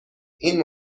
این